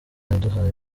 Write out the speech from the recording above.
yaduhaye